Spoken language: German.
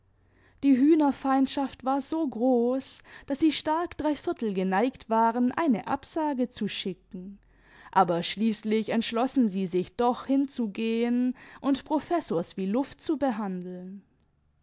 die hühnerfeindschaft war so groß daß sie stark dreiviertel geneigt waren eine absage zu schicken aber schließlich entschlossen sie sich doch hinzugehen und professors wie luft zu behandeln